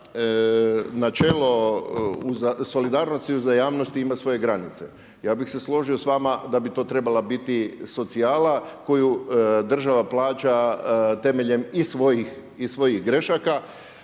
načelo solidarnosti, uzajamnosti ima svoje granice. Ja bi se složio s vama da bi to trebala biti socijala koju država plaća temeljem i svojih grešaka.